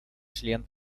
член